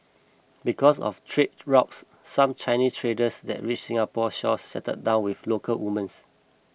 because of trade routes some Chinese traders that reached Singapore's shores settled down with local women